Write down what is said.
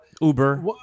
Uber